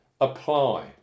apply